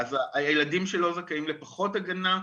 אז הילדים שלו זכאים לפחות הגנה,